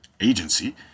agency